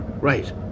Right